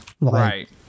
right